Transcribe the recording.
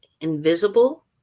invisible